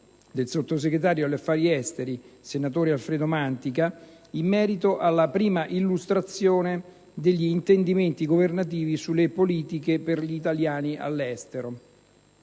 del sottosegretario di Stato per gli affari esteri, senatore Alfredo Mantica, in merito alla prima illustrazione degli intendimenti governativi sulle politiche per gli italiani all'estero.